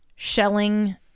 shelling